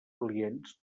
clients